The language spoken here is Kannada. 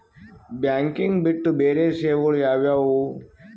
ಬ್ಯಾಂಕಿಂಗ್ ಬಿಟ್ಟು ಬೇರೆ ಸೇವೆಗಳು ಯಾವುವು?